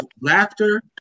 Laughter